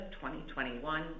2021